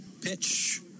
Pitch